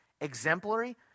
Exemplary